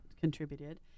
contributed